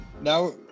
now